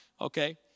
Okay